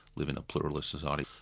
live in a pluralist society,